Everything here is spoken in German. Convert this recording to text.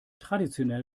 traditionell